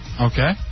Okay